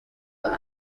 con